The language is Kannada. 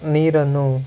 ನೀರನ್ನು